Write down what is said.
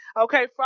Okay